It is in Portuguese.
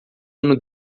ano